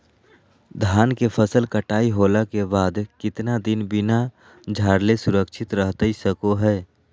धान के फसल कटाई होला के बाद कितना दिन बिना झाड़ले सुरक्षित रहतई सको हय?